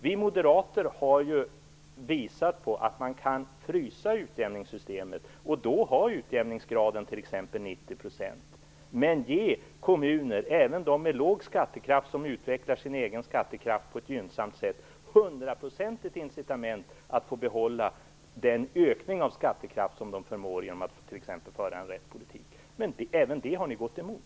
Vi moderater har visat att man kan frysa utjämningssystemet och då ha en utjämningsgrad på t.ex. 90 % men ge kommuner - även de med låg skattekraft, som utvecklar sin egen skattekraft på ett gynnsamt sätt - 100 % incitament att behålla den ökning av skattekraft som de förmår t.ex. genom att föra en riktig politik. Även det har ni gått emot.